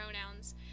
pronouns